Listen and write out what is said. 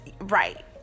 Right